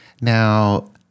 Now